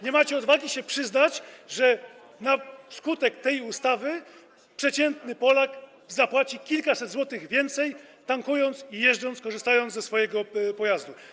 Nie macie odwagi się przyznać, że na skutek tej ustawy przeciętny Polak zapłaci kilkaset złotych więcej, tankując i jeżdżąc, korzystając ze swojego pojazdu.